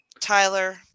Tyler